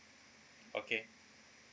okay